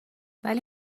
ولی